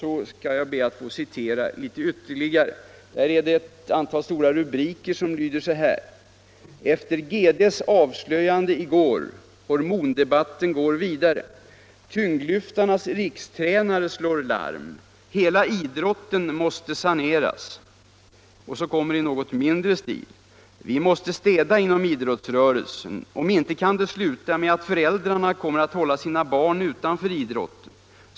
Där har man ett antal stora rubriker som lyder så här: ”Efter GD:s avslöjande i går - hormondebatten går vidare Tyngdlyftarnas rikstränare slår larm: Hela idrotten måste saneras” Sedan står det i något mindre stil: ”- Vi måste städa inom idrottsrörelsen. Om inte kan det sluta med att föräldrarna kommer att hålla sina barn utanför idrotten!